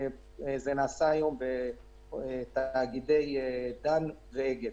שזה נעשה היום בתאגידי דן ואגד.